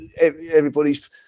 everybody's